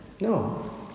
No